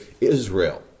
Israel